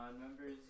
members